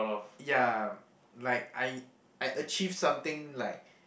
ya like I I achieve something like